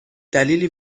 دلیلی